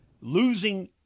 losing